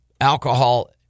Alcohol